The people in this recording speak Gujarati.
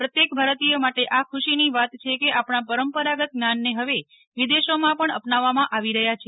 પ્રત્યેક ભારતીય માટે આ ખુશીની વાત છે કે આપણા પરંપરાગત જ્ઞાનને હવે વિદેશોમાં પણ અપનાવવામાં આવી રહ્યાં છે